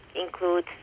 include